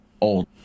old